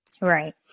Right